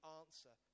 answer